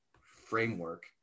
framework